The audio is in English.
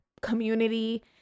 community